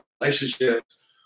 relationships